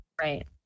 Right